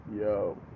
Yo